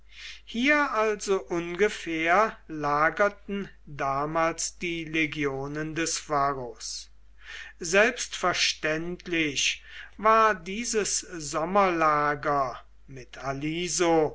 hier also ungefähr lagerten damals die legionen des varus selbstverständlich war dieses sommerlager mit